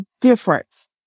difference